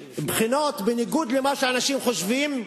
בחינות, בניגוד למה שאנשים חושבים,